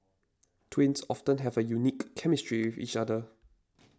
twins often have a unique chemistry each other